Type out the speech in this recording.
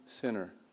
sinner